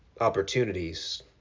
opportunities